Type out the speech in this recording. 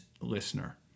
listener